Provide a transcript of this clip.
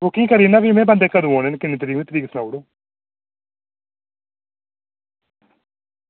booking करी ओड़ना भी बंदे कदूं औने न किन्नी तरीक औने न